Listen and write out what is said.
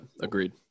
agreed